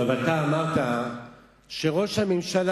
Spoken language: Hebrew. אבל אמרת שראש הממשלה,